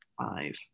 five